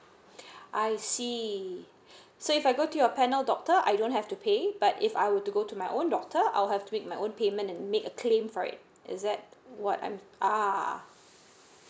I see so if I go to your panel doctor I don't have to pay but if I were to go to my own doctor I'll have to make my own payment and make a claim for it is that what I'm ah